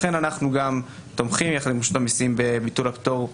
לכן אנחנו גם תומכים יחד עם רשות המסים בביטול הפטור.